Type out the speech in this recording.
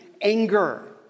anger